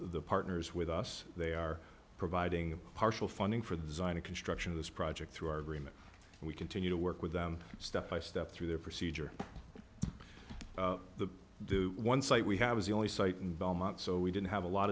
the partners with us they are providing a partial funding for the zinah construction of this project through our agreement and we continue to work with them step by step through their procedure to do one site we have is the only site in belmont so we didn't have a lot